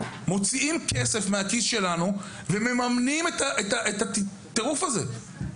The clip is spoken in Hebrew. מוציאים כסף מכיסנו על מנת לממן את הטירוף הזה.